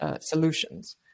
solutions